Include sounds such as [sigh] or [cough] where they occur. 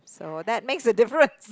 so that makes a difference [laughs]